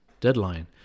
Deadline